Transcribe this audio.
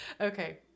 Okay